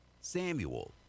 Samuel